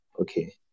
okay